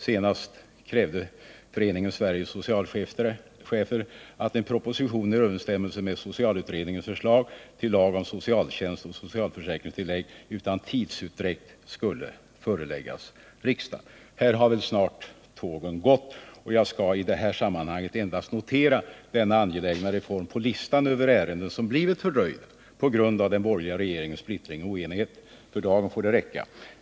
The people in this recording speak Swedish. Senast krävde Föreningen Sveriges socialchefer att en proposition i överensstämmelse med socialutredningens förslag till lag om socialtjänst och socialförsäkringstillägg utan tidsutdräkt skulle föreläggas riksdagen. Här har väl snart tågen gått, och jag skall i det här sammanhanget endast notera denna angelägna reform på listan över ärenden som blivit fördröjda på grund av den borgerliga regeringens splittring och oenighet. För dagen får det räcka.